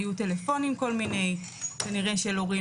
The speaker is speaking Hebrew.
היו כל מיני טלפונים כנראה של הורים